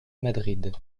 madrid